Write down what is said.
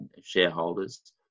shareholders